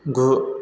गु